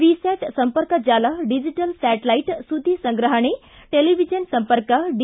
V start ಸಂಪರ್ಕ ಜಾಲ digital satellite ಸುದ್ದಿ ಸಂಗ್ರಹಣೆ ಟೆಲಿವಿಜನ್ ಸಂಪರ್ಕ ಡಿ